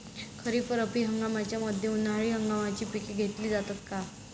खरीप व रब्बी हंगामाच्या मध्ये उन्हाळी हंगामाची पिके घेतली जातात का?